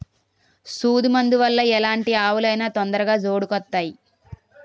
సూదు మందు వల్ల ఎలాంటి ఆవులు అయినా తొందరగా జోడుకొత్తాయి